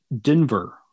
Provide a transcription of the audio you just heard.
Denver